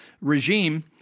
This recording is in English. regime